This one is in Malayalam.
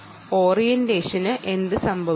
ഓറിയന്റേഷന് എന്ത് സംഭവിച്ചു